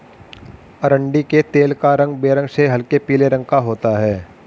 अरंडी के तेल का रंग बेरंग से हल्के पीले रंग का होता है